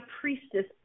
priestess